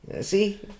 See